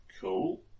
Cool